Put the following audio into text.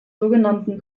sogenannten